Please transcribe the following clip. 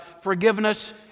forgiveness